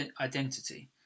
identity